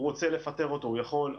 הוא רוצה לפטר אותו הוא יכול,